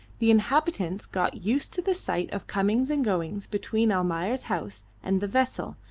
the inhabitants got used to the sight of comings and goings between almayer's house and the vessel,